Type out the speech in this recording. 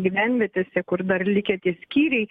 gyvenvietėse kur dar likę tie skyriai